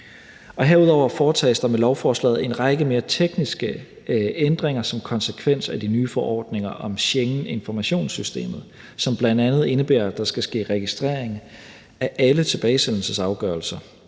herudover foretages der med lovforslaget en række mere tekniske ændringer som konsekvens af de nye forordninger om Schengeninformationssystemet, hvilket bl.a. indebærer, at der skal ske registrering af alle tilbagesendelsesafgørelser.